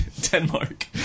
Denmark